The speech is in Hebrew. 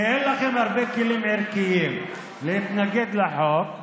כי אין לכם הרבה כלים ערכיים להתנגד לחוק.